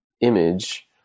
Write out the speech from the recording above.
image